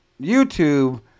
YouTube